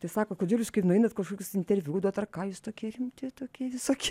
tai sako kodėl jūs kai nueinat į kažkokius interviu duot ar ką jūs tokie rimti tokie visokie